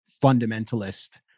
fundamentalist